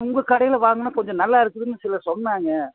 உங்கள் கடையில் வாங்கினா கொஞ்சம் நல்லாயிருக்குதுனு சிலர் சொன்னாங்க